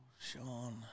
Sean